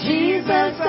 Jesus